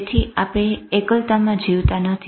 તેથી આપણે એકલતામાં જીવતા નથી